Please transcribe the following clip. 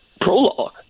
prologue